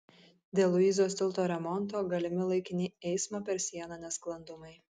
dėl luizos tilto remonto galimi laikini eismo per sieną nesklandumai